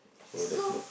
so